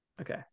Okay